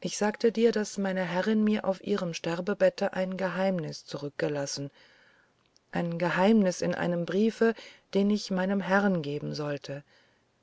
ich sagte dir hob sara wieder an indem sie ihre stimme zu einem so matten geflüsterherabsenkte daßderaltemannsienurebenhörenkonnte ichsagtedir daß meineherrinmiraufihremsterbebetteingeheimniszurückgelassen eingeheimnisin einem briefe den ich meinem herrn geben sollte